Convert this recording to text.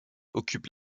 occupe